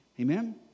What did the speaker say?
Amen